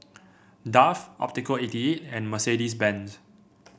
Dove Optical eighty eight and Mercedes Benz